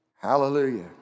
Hallelujah